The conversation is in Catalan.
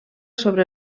sobre